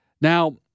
Now